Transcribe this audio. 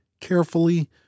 carefully